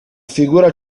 figura